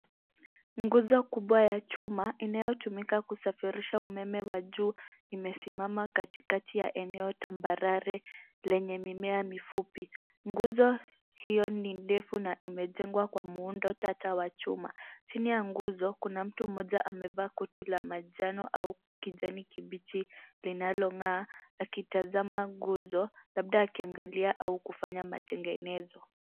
Nguzo kubwa ya chuma inayotumika kusafirisha umeme wa juu imesimama katikati ya eneo tambarare lenye mimea mifupi. Nguzo hiyo ni ndefu na imejengwa kwa muundo tata wa chuma. Chini ya nguzo kuna mtu mmoja amevaa koti la manjano au kijani kibichi linalong'aa akitazama nguzo, labda akiangalia au kufanya matengenezo.